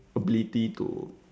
ability to